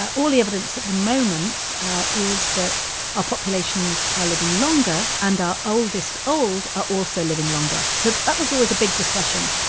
all the evidence at the moment is that our populations are living longer, and our oldest old are also living longer. so that was always a big discussion.